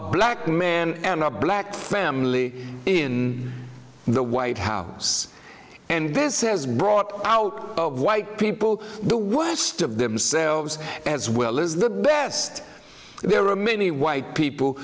black man and a black family in the white house and this has brought out white people the worst of themselves as well as the best there are many white people